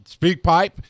Speakpipe